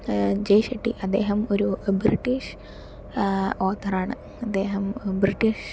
ജയ് ഷെട്ടി അദ്ദേഹം ഒരു British author ആണ് അദ്ദേഹം ബ്രിട്ടീഷ്